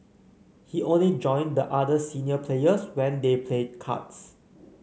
he only join the other senior players when they played cards